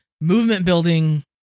movement-building